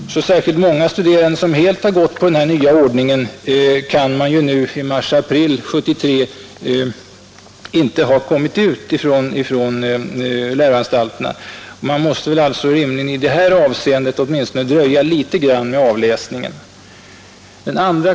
Så särskilt många studerande, som helt gått enligt den nya ordningen, kan nu i mars-april 1973 inte ha kommit ut från läroanstalterna. Vi får alltså i detta avseende rimligen dröja litet med avläsningen.